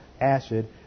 acid